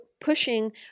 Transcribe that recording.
pushing